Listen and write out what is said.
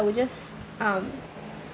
would just um